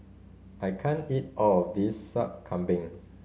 I can't eat all of this Sup Kambing